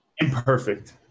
imperfect